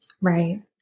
Right